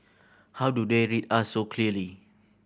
how do they read us so clearly